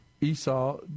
Esau